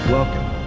Welcome